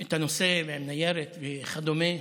את הנושא והניירת וכדומה.